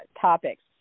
topics